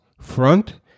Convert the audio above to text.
front